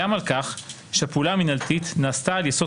גם על כך שהפעולה המינהלית נעשתה על יסוד